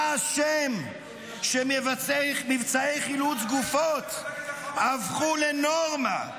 אתה אשם שמבצעי חילוץ גופות הפכו לנורמה,